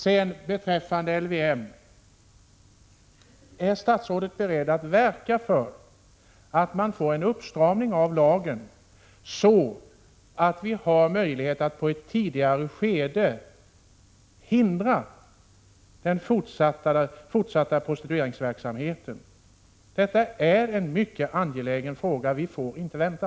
När det gäller LVM vill jag fråga: Är statsrådet beredd att verka för att man får en uppstramning av lagen så att vi i ett tidigare skede kan hindra den fortsatta prostitueringsverksamheten? Detta är en mycket angelägen fråga. Vi får inte vänta.